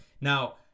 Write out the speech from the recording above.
now